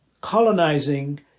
colonizing